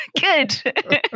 Good